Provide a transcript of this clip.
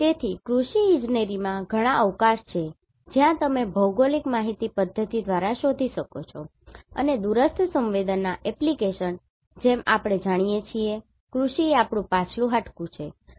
તેથી કૃષિ ઇજનેરીમાં ઘણાં અવકાશ છે જ્યાં તમે GIS ભૌગોલિક માહિતી પધ્ધતિ દ્વારાશોધી શકો છો અને Remote sensing દૂરસ્થ સંવેદના એપ્લિકેશન જેમ આપણે જાણીએ છીએ કૃષિ એ આપણું પાછલું હાડકું છે બરાબર